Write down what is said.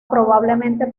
probablemente